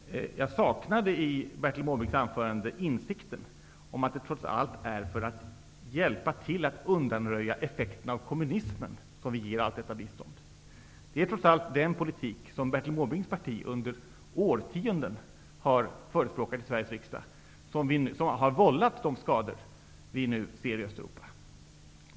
Jag saknade i Bertil Måbrinks anförande insikten om att det trots allt är för att hjälpa till att undanröja effekterna av kommunismen som vi ger allt detta bistånd. Det är trots allt den politik som Bertil Måbrinks parti under årtionden har förespråkat i Sveriges riksdag som har vållat de skador vi nu ser i Östeuropa.